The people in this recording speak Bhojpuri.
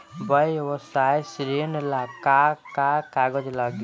व्यवसाय ऋण ला का का कागज लागी?